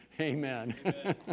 Amen